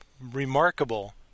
remarkable